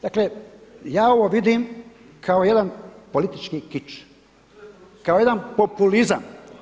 Dakle, ja ovo vidim kao jedan politički kič, kao jedan populizam.